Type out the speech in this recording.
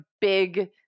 big